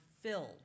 filled